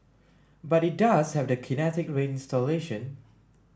but it does have the Kinetic Rain installation